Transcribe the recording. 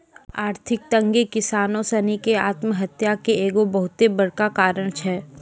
आर्थिक तंगी किसानो सिनी के आत्महत्या के एगो बहुते बड़का कारण छै